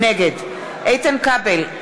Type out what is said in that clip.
נגד איתן כבל,